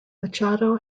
machado